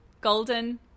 Golden